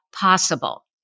possible